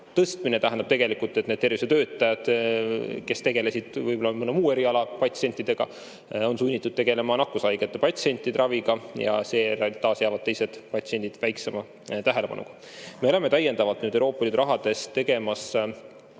tõstmine tähendab tegelikult, et need tervishoiutöötajad, kes tegelesid võib-olla mõne muu eriala patsientidega, on sunnitud tegelema nakkushaigete patsientide raviga ja seejärel taas jäävad teised patsiendid väiksema tähelepanuga. Me oleme täiendavalt Euroopa Liidu rahadest tegemas